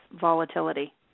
volatility